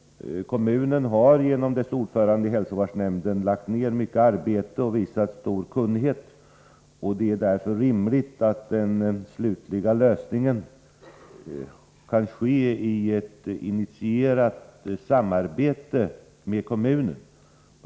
Kommunen har genom ordföranden i hälsovårdsnämnden lagt ner mycket arbete och visat stor kunnighet. Det är därför rimligt att den slutliga lösningen kan ske i ett initierat samarbete med kommunen.